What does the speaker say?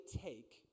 take